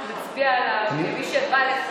מרב מיכאלי וניצן הורוביץ,